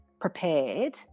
prepared